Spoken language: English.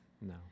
No